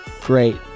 great